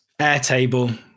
Airtable